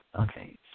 okay